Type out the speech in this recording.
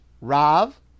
Rav